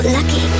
Lucky